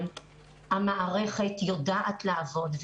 אם פתאום תיקחו לי את מנתחת ההתנהגות כי היא לא תסכים לעבוד בשכר נמוך,